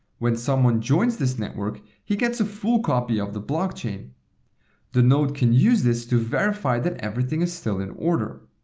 when someone joins this network, he gets the full copy of the blockchain. the node can use this to verify that everything is still in order.